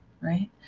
right